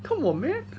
come on man